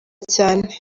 cyane